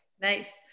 nice